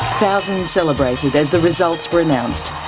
thousands celebrated as the results were announced,